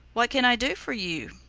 what can i do for you?